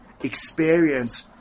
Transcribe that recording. experience